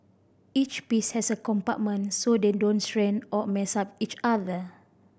each piece has a compartment so they don't stain or mess up each other